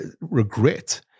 regret